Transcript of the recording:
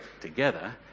together